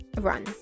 run